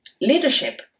leadership